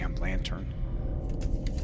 Lantern